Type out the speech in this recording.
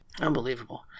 Unbelievable